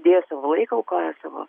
deja savo laiką aukoja savo